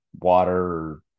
water